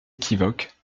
équivoques